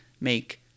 make